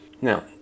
Now